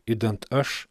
idant aš